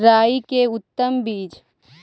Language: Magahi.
राई के उतम बिज?